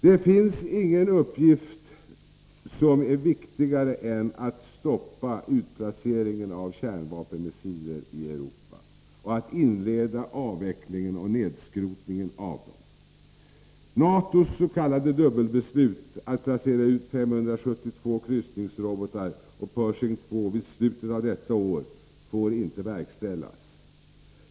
Det finns nu ingen uppgift som är viktigare än att stoppa utplaceringen av kärnvapenmissiler i Europa och att inleda avvecklingen och nedskrotningen av dem. NATO:ss.k. dubbelbeslut att placera ut 572 kryssningsrobotar och Pershing II vid slutet av detta år får inte verkställas.